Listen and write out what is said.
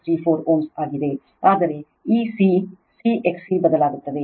34 Ω ಆಗಿದೆ ಆದರೆ ಈ C C XC ಬದಲಾಗುತ್ತದೆ